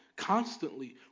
Constantly